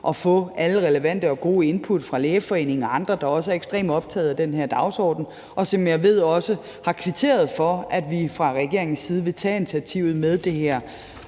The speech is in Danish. at få alle de relevante og gode input fra Lægeforeningen og andre, der også er ekstremt optaget af den her dagsorden, og som jeg ved også har kvitteret for, at vi fra regeringens side vil tage initiativet til at